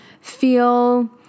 feel